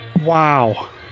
Wow